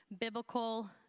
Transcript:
biblical